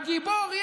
הגיבור,